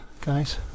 guys